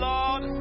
Lord